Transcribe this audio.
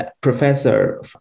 professor